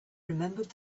remembered